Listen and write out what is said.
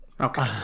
Okay